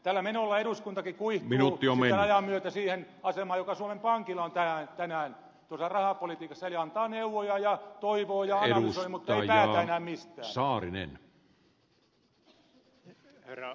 tällä menolla eduskuntakin kuihtuu ajan myötä siihen asemaan joka suomen pankilla on tänään tuossa rahapolitiikassa eli se antaa neuvoja ja toivoo ja analysoi muttei päätä enää mistään